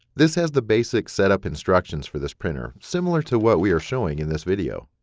this has the basic set up instructions for this printer, similar to what we are showing in this video.